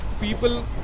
people